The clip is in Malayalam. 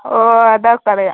ഓ അതൊക്കറിയാം